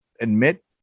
admit